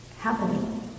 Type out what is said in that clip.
happening